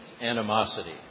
animosity